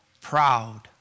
proud